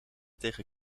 tegen